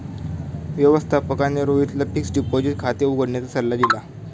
व्यवस्थापकाने रोहितला fixed deposit खाते उघडण्याचा सल्ला दिला